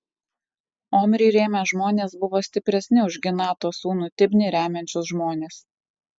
omrį rėmę žmonės buvo stipresni už ginato sūnų tibnį remiančius žmones